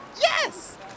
Yes